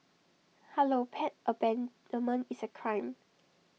hello pet abandonment is A crime